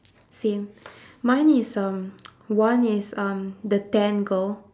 same mine is um one is um the tan girl